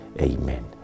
Amen